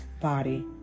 body